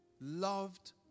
loved